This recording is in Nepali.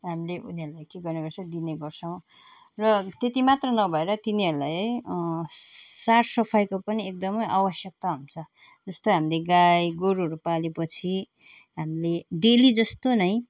हामीले उनीहरूलाई के गर्ने गर्छ दिने गर्छौँ र त्यति मात्र नभएर तिनीहरूलाई है सर सफाइको पनि एकदम आवश्यकता हुन्छ जस्तो हामीले गाई गोरुहरू पाले पछि हामीले डेली जस्तो नै